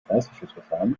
reißverschlussverfahren